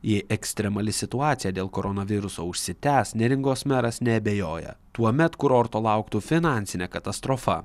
jei ekstremali situacija dėl koronaviruso užsitęs neringos meras neabejoja tuomet kurorto lauktų finansinė katastrofa